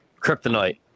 kryptonite